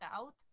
out